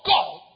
God